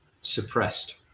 suppressed